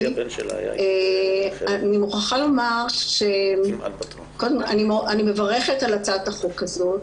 אני מברכת על הצעת החוק הזאת.